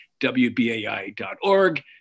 WBAI.org